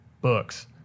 Books